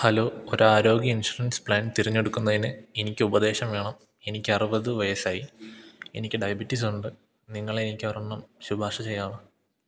hello ഒരു ആരോഗ്യ insurance plan തിരഞ്ഞെടുക്കുന്നതിന് എനിക്ക് ഉപദേശം വേണം എനിക്ക് അറുപത് വയസ്സായി എനിക്ക് ഡയബെറ്റിസുണ്ട് നിങ്ങൾ എനിക്ക് ഒരെണ്ണം ശുപാർശ ചെയ്യാമോ